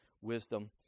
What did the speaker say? wisdom